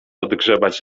odgrzebać